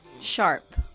sharp